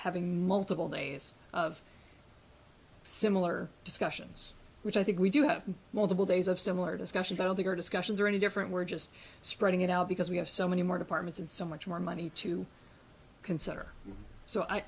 having multiple days of similar discussions which i think we do have multiple days of similar discussions i don't think our discussions are any different we're just spreading it out because we have so many more departments and so much more money to consider so